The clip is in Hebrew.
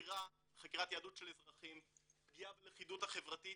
חקירת יהדות של אזרחים, פגיעה בלכידות החברתית